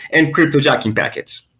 and cryptojacking packets.